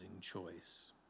choice